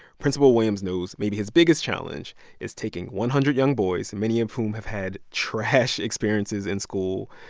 principal williams knows maybe his biggest challenge is taking one hundred young boys, and many of whom have had trash experiences in school,